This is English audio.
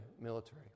military